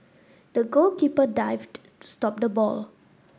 the goalkeeper dived to stop the ball